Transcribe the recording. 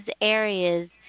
areas